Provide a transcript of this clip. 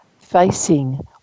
facing